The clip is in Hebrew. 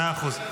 מאה אחוז.